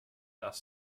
darf